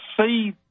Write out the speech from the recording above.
see